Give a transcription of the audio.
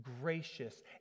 gracious